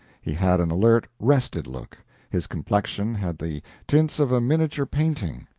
he had an alert, rested look his complexion had the tints of a miniature painting.